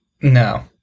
No